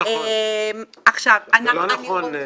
זה לא נכון.